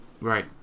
Right